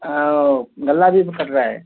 हाँ ओ गला भी तो कट रहा है